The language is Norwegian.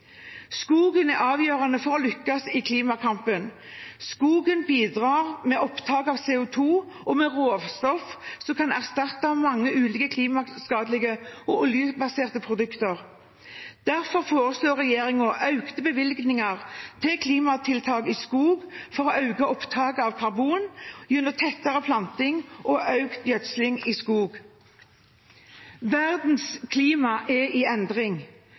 Skogen er avgjørende for å lykkes i klimakampen. Skogen bidrar med opptak av CO 2 og med råstoff som kan erstatte mange ulike klimaskadelige og oljebaserte produkter. Derfor foreslår regjeringen økte bevilgninger til klimatiltak i skog for å øke opptaket av karbon gjennom tettere planting og økt gjødsling i skog. Verdens klima er i endring.